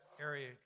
area